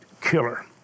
killer